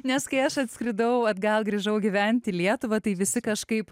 nes kai aš atskridau atgal grįžau gyvent į lietuvą tai visi kažkaip